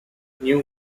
new